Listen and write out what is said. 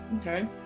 Okay